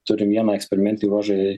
turim vieną eksperimentinį ruožą